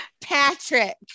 Patrick